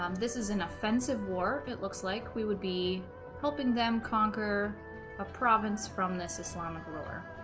um this is an offensive war if it looks like we would be helping them conquer a province from this islamic ruler